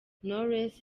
knowless